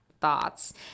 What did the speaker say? thoughts